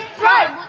five